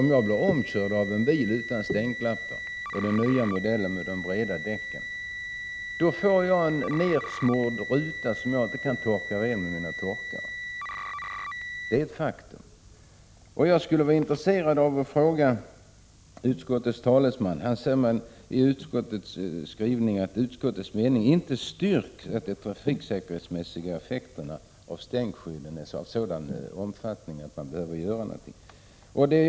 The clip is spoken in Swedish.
Om jag blir omkörd av en bil utan stänklappar, en bil av ny modell med breda däck, får jag en nedstänkt bilruta som inte kan torkas ren av vindrutetorkarna. Det är ett faktum. I utskottets skrivning står att det enligt utskottets mening inte är ”styrkt att de trafiksäkerhetsmässiga effekterna av stänkskydd har sådan betydelse att avsteg från internationella bestämmelser motiverar en återgång till tidigare ordning”.